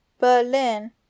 Berlin